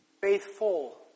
Faithful